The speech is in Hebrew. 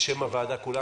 בשם הוועדה כולה.